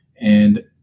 And-